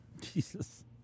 Jesus